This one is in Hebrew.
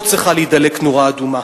פה צריכה להידלק נורה אדומה.